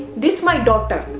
this my daughter.